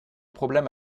problème